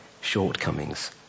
shortcomings